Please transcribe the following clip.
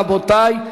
רבותי,